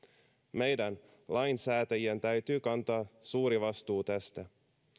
meidän lainsäätäjien täytyy kantaa suuri vastuu tästä